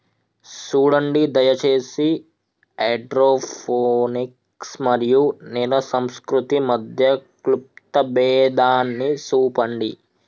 సూడండి దయచేసి హైడ్రోపోనిక్స్ మరియు నేల సంస్కృతి మధ్య క్లుప్త భేదాన్ని సూపండి